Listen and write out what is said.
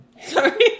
Sorry